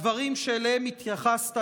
הדברים שאליהם התייחסת,